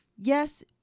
Yes